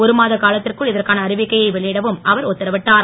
ஒருமாத காலத்திற்குள் இதற்கான அறிவிக்கையை வெளியிடவும் அவர் உத்தரவிட்டார்